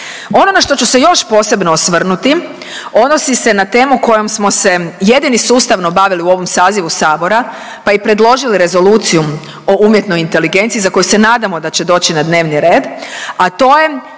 Ono na što ću se još posebno osvrnuti odnosi se na temu kojom smo se jedini sustavno bavili u ovom sazivu Sabora, pa i predložili rezoluciju o umjetnom inteligenciji za koju se nadamo da će doći na dnevni red, a to je